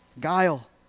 guile